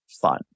fun